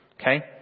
Okay